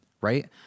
right